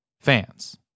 fans